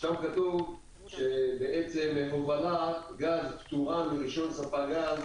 שם כתוב שהובלת גז --- מרישיון ספק גז